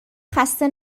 خسته